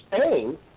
Spain